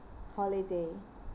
holiday